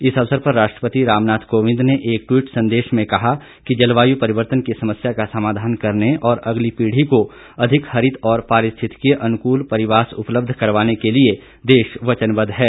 इस अवसर पर राष्ट्रपति रामनाथ कोविंद ने एक ट्विट संदेश में कहा कि जलवायु परिर्वतन की समस्या का समाधान करने और अगली पीड़ी को अधिक हरित और पारिथितिकीय अनुकूल परिवास उपलब्ध करवने के लिए देश वचनबद्ध है